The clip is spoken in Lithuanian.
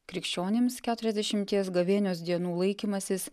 krikščionims keturiasdešimties gavėnios dienų laikymasis